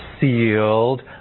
sealed